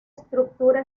estructura